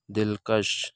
دل کش